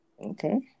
Okay